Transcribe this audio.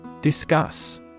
Discuss